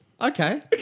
okay